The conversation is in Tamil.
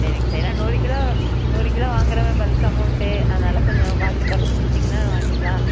சரிங்க சரிங்க ஏன்னா நூறு கிலோ நூறு கிலோ வாங்குறோமே பல்க் அமௌண்டு அதனால் கொஞ்சம் பார்த்து கொறைச்சி கொடுத்திங்கனா வாங்கிக்கலாம்